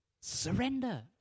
Surrender